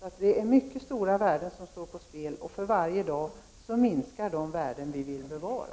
Det är alltså mycket stora värden som står på spel, och för varje dag minskar de värden vi vill bevara.